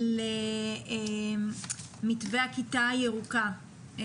למתווה הכיתה הירוקה.